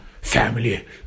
family